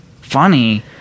funny